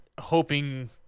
hoping